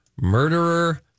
murderer